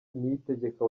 niyitegeka